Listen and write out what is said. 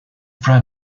prime